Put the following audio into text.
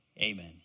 amen